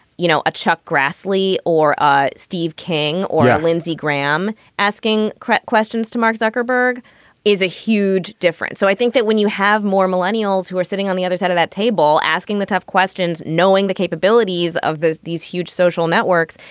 you know, a chuck grassley grassley or ah steve king or lindsey graham asking crepe questions to mark zuckerberg is a huge difference. so i think that when you have more millennials who are sitting on the other side of that table asking the tough questions, knowing the capabilities of these huge social networks,